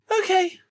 Okay